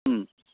हूँ